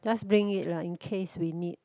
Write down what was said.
just bring it lah in case we need